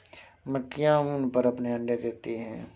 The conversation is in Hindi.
मक्खियाँ ऊन पर अपने अंडे देती हैं